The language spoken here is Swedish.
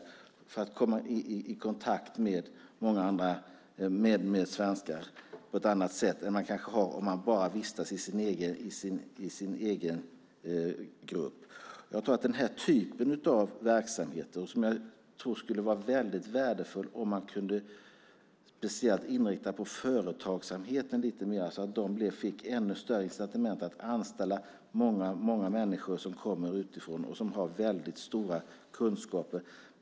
Därigenom kan de komma i kontakt med andra svenskar på ett sätt som kanske inte är möjligt om de bara vistas i sin egen grupp. Jag tror att om man kunde inrikta den typen av verksamheter på speciellt företagsamheten lite mer så att den fick ännu större incitament att anställa många människor som kommer utifrån och har väldigt stora kunskaper.